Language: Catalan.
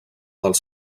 dels